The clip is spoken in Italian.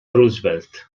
roosevelt